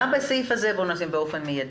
גם בסעיף הזה ייכתב "באופן מיידי".